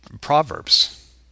proverbs